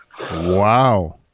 wow